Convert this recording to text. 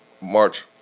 March